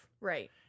Right